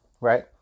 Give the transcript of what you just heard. right